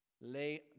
lay